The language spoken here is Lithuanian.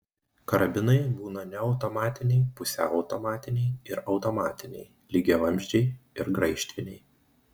karabinai būna neautomatiniai pusiau automatiniai ir automatiniai lygiavamzdžiai ir graižtviniai